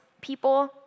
people